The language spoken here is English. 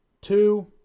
two